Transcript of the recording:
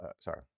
sorry